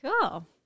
Cool